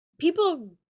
people